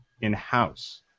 in-house